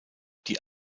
die